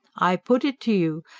i put it to you,